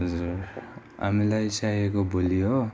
हजुर हामीलाई चाहिएको भोलि हो